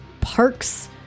parks